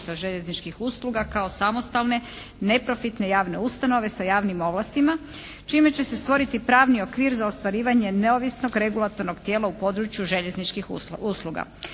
željezničkih usluga kao samostalne, neprofitne javne ustanove sa javnim ustanovama čime će se stvoriti pravni okvir za ostvarivanje neovisnog regulatornog tijela u području željezničkih usluga.